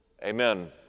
Amen